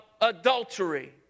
adultery